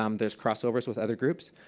um there's crossovers with other groups.